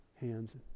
hands